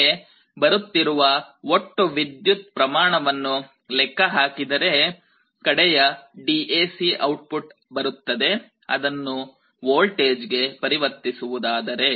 ಕಡೆಗೆ ಬರುತ್ತಿರುವ ಒಟ್ಟು ವಿದ್ಯುತ್ ಪ್ರಮಾಣವನ್ನು ಲೆಕ್ಕ ಹಾಕಿದರೆ ಕಡೆಯ DAC ಔಟ್ಪುಟ್ ಬರುತ್ತದೆ ಅದನ್ನು ವೋಲ್ಟೇಜ್ ಗೆ ಪರಿವರ್ತಿಸುವುದಾದರೆ